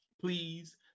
please